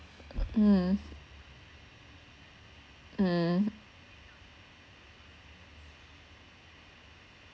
mm mm